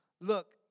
look